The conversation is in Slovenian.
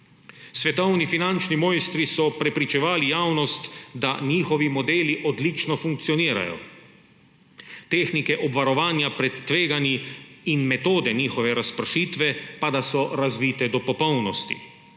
Svetovni finančni mojstri so prepričevali javnost, da njihovi modeli odlično funkcionirajo, tehnike obvarovanja pred tveganji in metode njihove razpršitve pa, da so razvite do popolnosti.